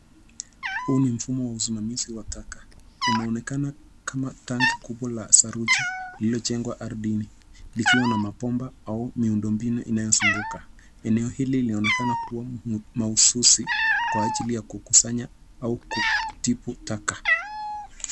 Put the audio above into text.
Huu ni mfumo wa usimamizi wa taka unaonekana kama tanki kubwa la saruji lililojengwa ardhini likiwa na mabomba au miundo mbinu inayozunguka, eneo hili linaonekana kuwa mahususi kwa ajili ya kukusanya au kutibu taka.